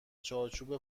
چارچوب